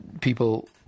people